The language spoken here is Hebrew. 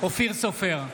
אופיר סופר,